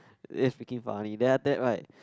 damn freaking funny then after that right